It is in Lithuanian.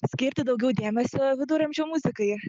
skirti daugiau dėmesio viduramžių muzikai